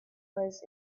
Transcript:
was